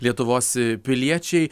lietuvos piliečiai